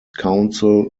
counsel